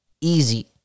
Easy